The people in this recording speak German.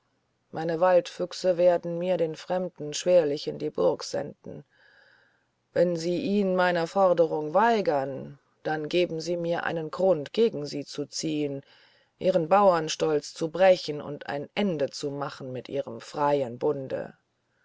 meine waldfüchse werden mir den fremden schwerlich in die burg senden wenn sie ihn meiner forderung weigern dann geben sie mir einen grund gegen sie zu ziehen ihren bauernstolz zu brechen und ein ende zu machen mit ihrem freien bunde